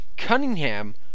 Cunningham